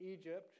Egypt